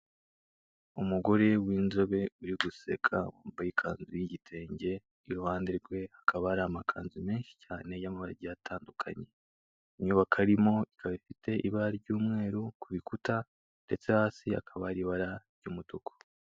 Umugore w'inzobe uri guseka wambaye ikanzu y'igitenge, iruhande rwe hakaba hari amakanzu menshi cyane y'amabara agiye atandukanye, inyubako arimo ikaba ifite ibara ry'umweru ku bikuta ndetse hasi hakaba hari ibara ry'umutuku.